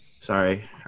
Sorry